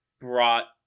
brought